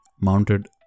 mounted